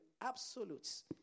absolutes